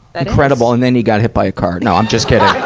incredible. and then he got hit by a car. no, i'm just kidding.